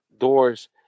doors